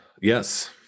yes